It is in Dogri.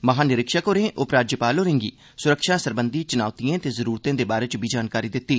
महानिरीक्षक होरें उपराज्यपाल होरें गी सुरक्षा सरबंधी चुनौतिए ते जरूरतें दे बारे च बी जानकारी दित्ती